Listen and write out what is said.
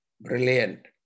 brilliant